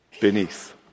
beneath